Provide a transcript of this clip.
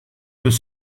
deux